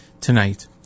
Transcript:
tonight